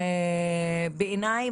בעיניי,